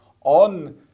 on